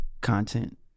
content